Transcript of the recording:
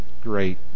great